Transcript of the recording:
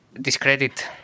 discredit